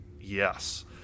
Yes